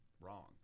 wrong